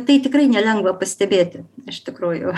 tai tikrai nelengva pastebėti iš tikrųjų